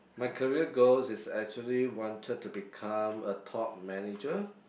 my career goals is actually wanted to become a top manager